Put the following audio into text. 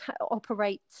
operate